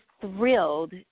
thrilled